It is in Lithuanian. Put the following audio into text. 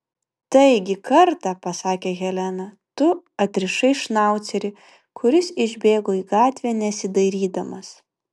taigi kartą pasakė helena tu atrišai šnaucerį kuris išbėgo į gatvę nesidairydamas